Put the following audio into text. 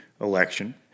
election